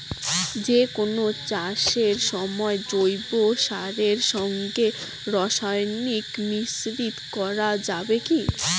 যে কোন চাষের সময় জৈব সারের সঙ্গে রাসায়নিক মিশ্রিত করা যাবে কি?